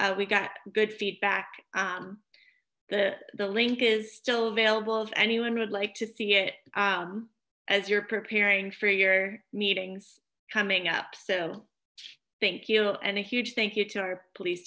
and we got good feedback um the the link is still available if anyone would like to see it as you're preparing for your meetings coming up so thank you and a huge thank you to our police